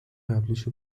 قبلیشو